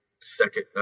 second